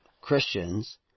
Christians